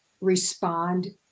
respond